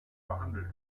behandelt